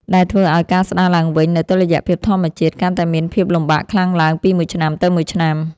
ដែលធ្វើឱ្យការស្តារឡើងវិញនូវតុល្យភាពធម្មជាតិកាន់តែមានភាពលំបាកខ្លាំងឡើងពីមួយឆ្នាំទៅមួយឆ្នាំ។